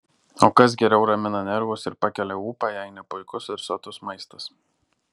o kas geriau ramina nervus ir pakelia ūpą jei ne puikus ir sotus maistas